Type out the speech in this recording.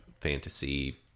fantasy